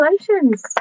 Congratulations